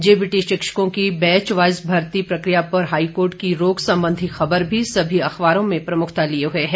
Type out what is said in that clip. JBT शिक्षकों की batchwise भर्ती प्रकिया पर हाईकोर्ट की रोक संबंधी खबर भी सभी अखबारों में प्रमुखता लिए हुए है